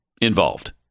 Involved